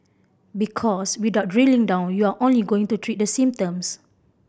because without drilling down you're only going to treat the symptoms